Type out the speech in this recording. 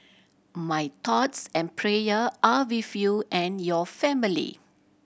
my thoughts and prayer are with you and your family